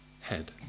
head